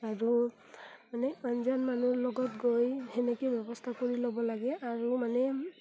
আৰু মানে অঞ্জন মানুহৰ লগত গৈ সেনেকৈ ব্যৱস্থা কৰি ল'ব লাগে আৰু মানে